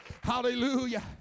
hallelujah